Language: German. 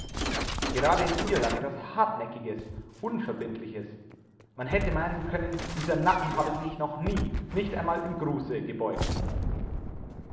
gerade in ihr lag etwas hartnäckiges unverbindliches man hätte meinen können dieser nacken habe sich noch nie nicht einmal im gruße gebeugt